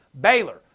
Baylor